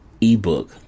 ebook